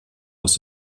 aus